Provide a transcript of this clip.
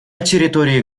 территории